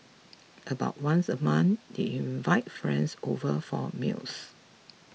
about once a month they invite friends over for meals